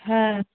হ্যাঁ